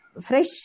fresh